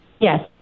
Yes